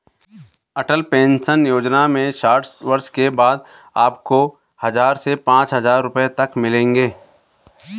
अटल pension योजना में साठ वर्ष के बाद आपको हज़ार से पांच हज़ार रुपए तक मिलेंगे